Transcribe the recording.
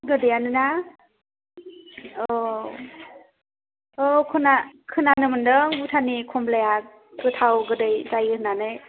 गोदैयानोना औ औ खोना खोनानो मोनदों भुटाननि खमलाया गोथाव गोदै जायो होननानै